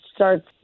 starts